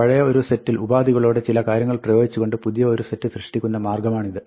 പഴയ ഒരു സെറ്റിൽ ഉപാധികളോടെ ചില കാര്യങ്ങൾ പ്രയോഗിച്ചുകൊണ്ട് പുതിയ ഒരു സെറ്റ് സൃഷ്ടിക്കുന്ന ഒരു മാർഗ്ഗമാണിത്